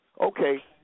Okay